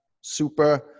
super